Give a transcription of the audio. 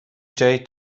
جای